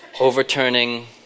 Overturning